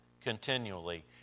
continually